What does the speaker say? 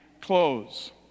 close